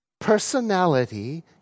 personality